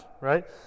right